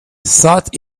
thought